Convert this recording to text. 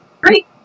Great